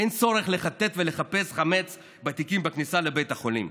אין צורך לחטט ולחפש חמץ בתיקים בכניסה לבית החולים,